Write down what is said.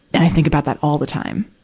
and i think about that all the time.